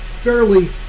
fairly